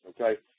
okay